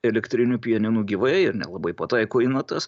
elektriniu pianinu gyvai ir nelabai pataiko į natas